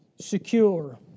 secure